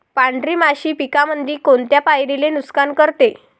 पांढरी माशी पिकामंदी कोनत्या पायरीले नुकसान करते?